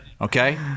Okay